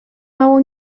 mało